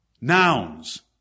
nouns